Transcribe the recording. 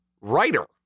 writer